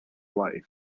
life